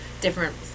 different